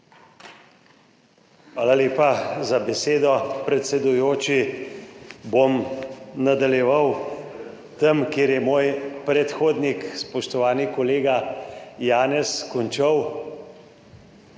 Hvala lepa za besedo, predsedujoči. Bom nadaljeval tam, kjer je moj predhodnik, spoštovani kolega Janez končal.